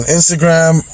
Instagram